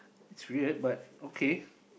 it's weird but okay